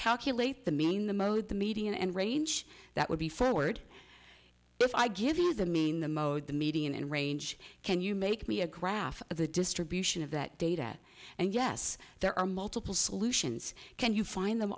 calculate the mean the mode the median and range that would be forward if i give you the main the mode the median and range can you make me a graph of the distribution of that data and yes there are multiple solutions can you find them